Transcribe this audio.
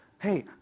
Hey